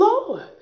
Lord